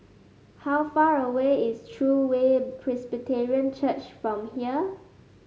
how far away is True Way Presbyterian Church from here